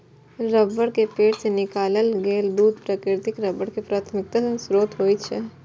रबड़क पेड़ सं निकालल गेल दूध प्राकृतिक रबड़ के प्राथमिक स्रोत होइ छै